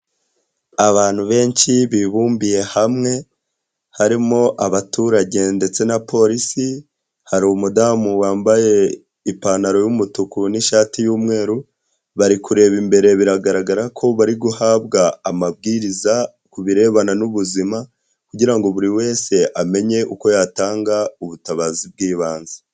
Abantu benshi bibumbiye hamwe, harimo abaturage ndetse na Polisi, hari umudamu wambaye ipantaro y'umutuku n'ishati y'umweru, bari kureba imbere biragaragara ko bari guhabwa amabwiriza ku birebana n'ubuzima kugira ngo buri wese amenye uko yatanga ubutabazi bw'ibanze.